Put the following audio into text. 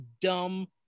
dumb